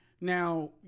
Now